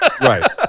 Right